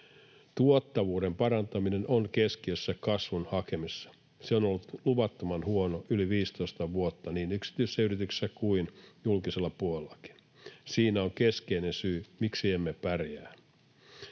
Tuottavuuden parantaminen on keskiössä kasvun hakemisessa. Se on ollut luvattoman huonoa yli 15 vuotta niin yksityisissä yrityksissä kuin julkisella puolellakin. Siinä on keskeinen syy, miksi emme pärjää.